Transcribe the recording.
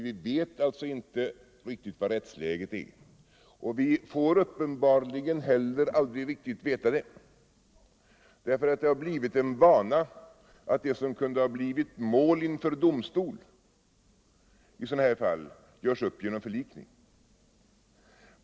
Vi vet alltså inte riktigt hur rättsläget är, och vi får uppenbarligen heller aldrig riktigt veta det. Det har nämligen blivit en vana att det som kunde ha blivit mål inför domstol i sådana här fall görs upp genom förlikning.